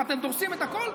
אתם דורסים את הכול?